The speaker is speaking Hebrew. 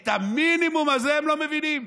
את המינימום הזה הם לא מבינים?